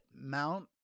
Mount